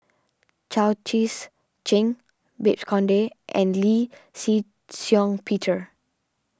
Chao Tzee Cheng Babes Conde and Lee Shih Shiong Peter